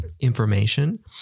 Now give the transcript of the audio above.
information